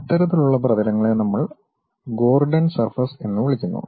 അത്തരത്തിലുള്ള പ്രതലങ്ങളെ നമ്മൾ ഗോർഡൻ സർഫസ് എന്ന് വിളിക്കുന്നു